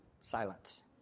silence